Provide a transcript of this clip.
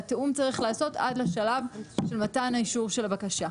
והתיאום צריך להיעשות עד לשלב של מתן האישור של הבקשה.